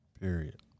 Period